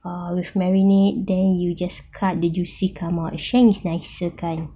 err we marinate then you just cut the juice come out shank is nicer cut